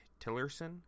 Tillerson